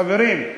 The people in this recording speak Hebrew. חברים,